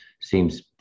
seems